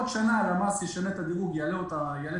ובעוד שנה הלמ"ס ישנה את הדירוג ויעלה את קריית-ארבע,